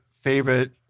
favorite